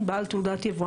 יבוא